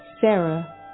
Sarah